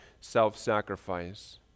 self-sacrifice